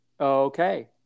okay